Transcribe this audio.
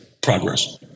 progress